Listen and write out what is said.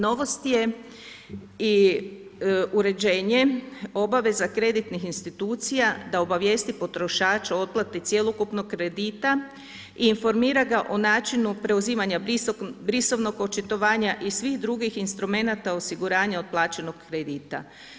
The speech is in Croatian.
Novost je i uređenje obaveza kreditnih institucija da obavijesti potrošača o otplati cjelokupnog kredita i informira ga o načinu preuzimanja brisovnog očitovanja i svih drugih instrumenata osiguranja od plaćenog kredita.